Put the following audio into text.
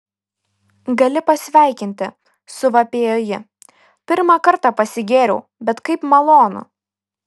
gali pasveikinti suvapėjo ji pirmą kartą pasigėriau bet kaip malonu